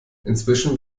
inzwischen